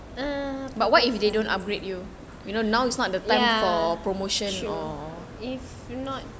um ya true if not